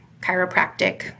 chiropractic